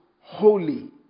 holy